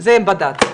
זה בד"צ.